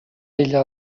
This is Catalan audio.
vella